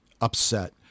upset